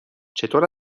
چطور